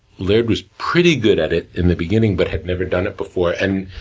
laird was pretty good at it, in the beginning, but had never done it before. and,